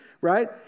right